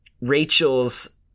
Rachel's